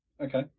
Okay